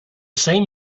same